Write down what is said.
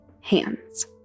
hands